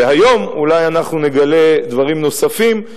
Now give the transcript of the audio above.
והיום אולי אנחנו נגלה דברים נוספים,